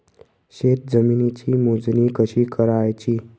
शेत जमिनीची मोजणी कशी करायची?